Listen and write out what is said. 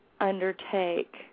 undertake